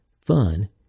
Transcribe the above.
Fun